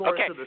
Okay